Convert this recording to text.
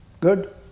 Good